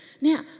Now